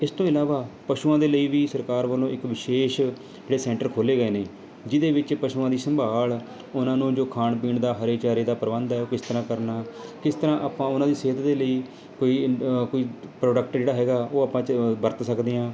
ਇਸ ਤੋਂ ਇਲਾਵਾ ਪਸ਼ੂਆਂ ਦੇ ਲਈ ਵੀ ਸਰਕਾਰ ਵੱਲੋਂ ਇੱਕ ਵਿਸ਼ੇਸ਼ ਜਿਹੜੇ ਸੈਂਟਰ ਖੋਲ੍ਹੇ ਗਏ ਨੇ ਜਿਹਦੇ ਵਿੱਚ ਪਸ਼ੂਆਂ ਦੀ ਸੰਭਾਲ ਉਹਨਾਂ ਨੂੰ ਜੋ ਖਾਣ ਪੀਣ ਦਾ ਹਰੇ ਚਾਰੇ ਦਾ ਪ੍ਰਬੰਧ ਹੈ ਉਹ ਕਿਸ ਤਰ੍ਹਾਂ ਕਰਨਾ ਕਿਸ ਤਰ੍ਹਾਂ ਆਪਾਂ ਉਹਨਾਂ ਦੀ ਸਿਹਤ ਦੇ ਲਈ ਕੋਈ ਕੋਈ ਪ੍ਰੋਡਕਟ ਜਿਹੜਾ ਹੈਗਾ ਉਹ ਆਪਾਂ ਵਰਤ ਸਕਦੇ ਹਾਂ